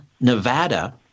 Nevada